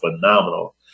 phenomenal